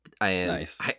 Nice